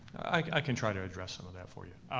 i can try to address some of that for you.